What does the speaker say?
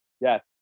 Yes